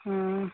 हय